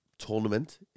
tournament